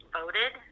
voted